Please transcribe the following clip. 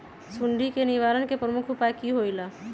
सुडी के निवारण के प्रमुख उपाय कि होइला?